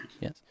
Yes